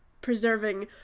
preserving